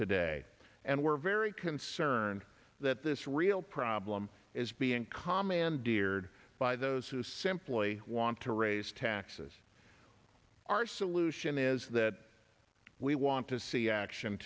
today and we're very concerned that this real problem is being calm and geared by those who simply want to raise taxes our solution is that we want to see action